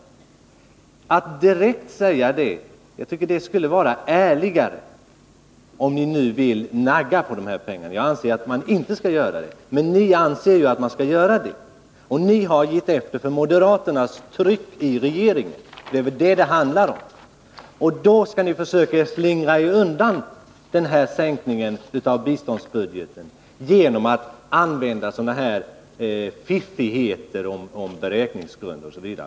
Jag tycker att det skulle vara ärligare att direkt säga det, om ni nu vill nagga på dessa pengar. Jag anser att man inte skall göra det. Ni däremot anser att man skall göra det, och ni har gett efter för moderaternas tryck i regeringen. Det är väl det saken handlar om. Men då försöker ni slingra er undan denna sänkning av biståndsbudgeten genom att använda sådana här fiffigheter med beräkningsgrunder osv.